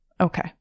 Okay